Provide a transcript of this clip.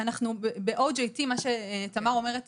ב-OJT, מה שתמר אומרת